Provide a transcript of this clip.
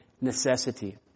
necessity